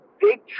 big